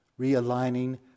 Realigning